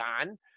on